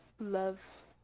love